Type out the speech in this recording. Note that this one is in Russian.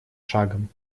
шагом